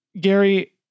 Gary